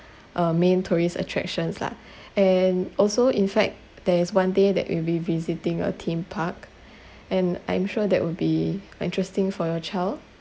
um main tourist attractions lah and also in fact there is one day that we'll be visiting a theme park and I'm sure that would be interesting for your child